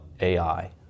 AI